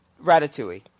ratatouille